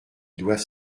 doivent